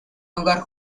hogar